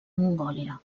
mongòlia